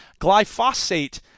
glyphosate